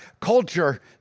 culture